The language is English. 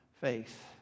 faith